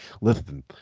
listen